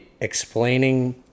explaining